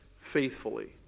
faithfully